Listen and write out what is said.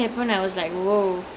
I know right ya